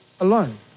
alone